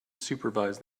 supervise